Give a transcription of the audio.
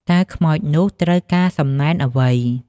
តើខ្មោចនោះត្រូវការសំណែនអ្វី?